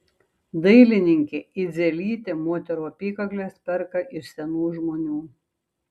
dailininkė idzelytė moterų apykakles perka iš senų žmonių